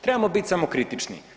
Tremo biti samokritični.